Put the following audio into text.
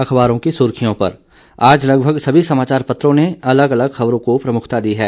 अखबारों की सुर्खियों पर आज लगभग सभी समाचार पत्रों ने अलग अलग खबरों को प्रमुखता दी है